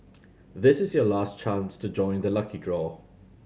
this is your last chance to join the lucky draw